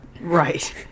Right